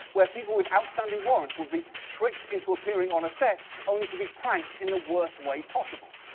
where people with outstanding warrants would be tricked into appearing on a set, only to be pranked in the worst way possible.